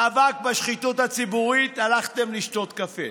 מאבק בשחיתות הציבורית, הלכתם לשתות קפה,